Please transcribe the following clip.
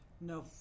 No